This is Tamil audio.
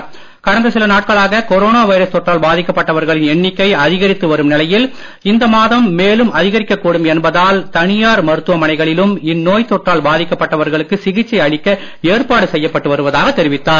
கொரோனா சில நாட்களாக வைரஸ் தொற்றால் கடந்த பாதிக்கப்பட்டவர்களின் எண்ணிக்கை அதிகரித்து வரும் நிலையில் இந்த மாதம் மேலும் அதிகரிக்கக்கூடும் என்பதால் தனியார் மருத்துவமனைகளிலும் இந்நோய் தொற்றால் பாதிக்கப்பட்டவர்களுக்கு சிகிச்சை அளிக்க ஏற்பாடு செய்யப்பட்டு வருவதாக தெரிவித்தார்